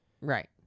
Right